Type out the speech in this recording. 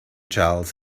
charles